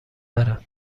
تره